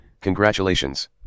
Congratulations